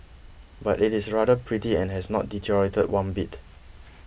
but it is rather pretty and has not deteriorated one bit